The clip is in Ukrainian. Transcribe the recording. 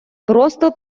просто